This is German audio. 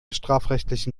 strafrechtlichen